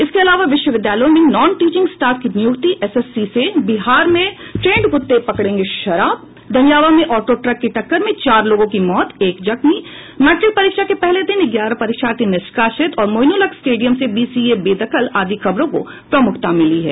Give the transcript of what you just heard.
इसके अलावा विश्वविद्यालयों में नन टीचिंग स्टाफ की नियुक्ति एसएससी से बिहार में ट्रेंड कुत्ते पकड़ेंगे शराब दनियावां में ऑटो ट्रक की टक्कर में चार लोगों की मौत एक जख्मी मैट्रिक परीक्षा के पहले दिन ग्यारह परीक्षार्थी निष्कासित और मोइनुलहक स्टेडियम से बीसीए बेदखल आदि खबरों को प्रमुखता मिली है